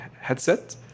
headset